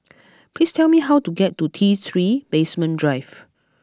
please tell me how to get to T Three Basement Drive